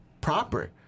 proper